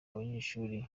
abanyeshuli